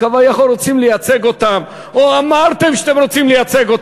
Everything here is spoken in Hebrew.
כביכול רוצים לייצג, או אמרתם שאתם רוצים לייצג.